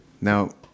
Now